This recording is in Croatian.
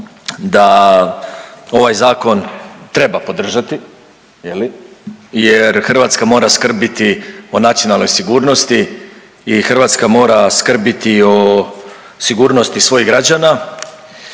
da ovaj Zakon treba podržati, je li, jer Hrvatska mora skrbiti o nacionalnoj sigurnosti i Hrvatska mora skrbiti o sigurnosti svojih građana